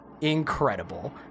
incredible